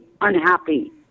unhappy